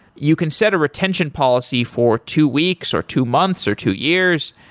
you can set a retention policy for two weeks, or two months, or two years,